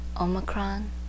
omicron